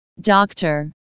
doctor